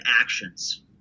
actions